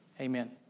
Amen